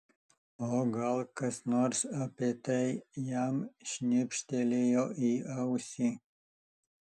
o gal kas nors apie tai jam šnibžtelėjo į ausį